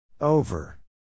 over